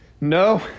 No